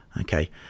okay